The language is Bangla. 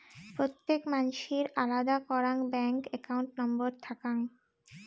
প্রত্যেক মানসির আলাদা করাং ব্যাঙ্ক একাউন্ট নম্বর থাকাং